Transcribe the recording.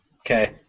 Okay